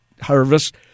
harvest